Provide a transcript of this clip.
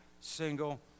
single